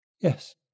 Yes